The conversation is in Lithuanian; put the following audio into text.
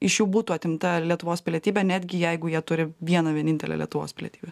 iš jų būtų atimta lietuvos pilietybė netgi jeigu jie turi vieną vienintelę lietuvos pilietybę